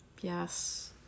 Yes